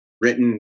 written